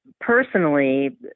Personally